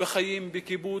בחיים בקיבוץ.